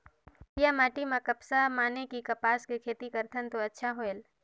करिया माटी म कपसा माने कि कपास के खेती करथन तो अच्छा होयल?